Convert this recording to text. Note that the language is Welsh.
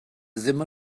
ddim